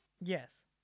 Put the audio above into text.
Yes